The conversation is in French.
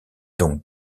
donc